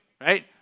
right